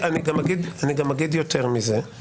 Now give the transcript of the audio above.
אני גם אגיד יותר מזה.